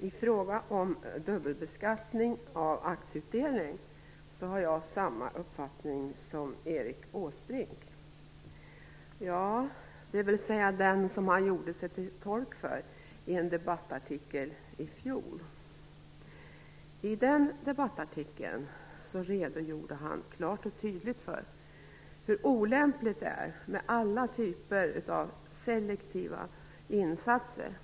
I fråga om dubbelbeskattning av aktieutdelning har jag samma uppfattning som Erik Åsbrink - dvs. den som han gjorde sig till tolk för i en debattartikel i fjol. I den debattartikeln redogjorde han klart och tydligt för hur olämpligt det är med alla typer av selektiva insatser.